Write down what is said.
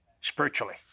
spiritually